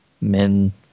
Men